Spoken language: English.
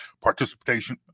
participation